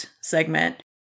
segment